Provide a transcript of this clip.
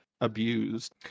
abused